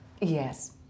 Yes